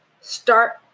start